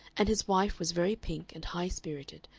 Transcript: and his wife was very pink and high-spirited,